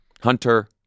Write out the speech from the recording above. Hunter